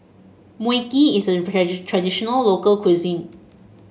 Mui Kee is a traditional local cuisine